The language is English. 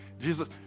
jesus